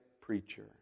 preacher